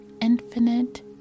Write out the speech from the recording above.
infinite